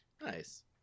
Nice